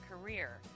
career